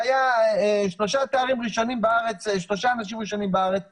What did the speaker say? היו שלושה אנשים בארץ עם התארים האלה.